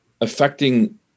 affecting